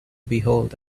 behold